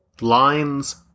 lines